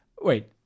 wait